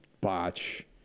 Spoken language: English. Botch